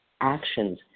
actions